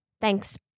Thanks